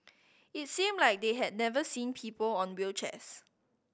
it seemed like they had never seen people on wheelchairs